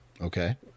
Okay